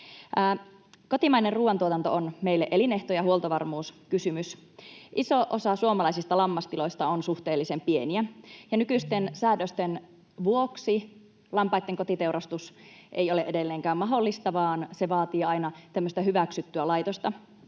Kotimainen ruoantuotanto on meille elinehto ja huoltovarmuuskysymys. Iso osa suomalaisista lammastiloista on suhteellisen pieniä. Nykyisten säädösten vuoksi lampaitten kotiteurastus ei ole edelleenkään mahdollista, vaan se vaatii aina tämmöistä hyväksyttyä laitosta,